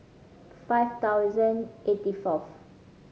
five thousand eighty fourth